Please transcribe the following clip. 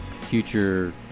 future